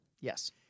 Yes